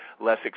less